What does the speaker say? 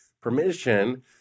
permission